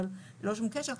אבל ללא שום קשר,